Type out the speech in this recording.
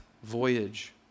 voyage